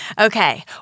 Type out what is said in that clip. Okay